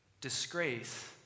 Disgrace